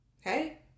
hey